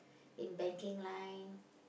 in banking line